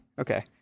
Okay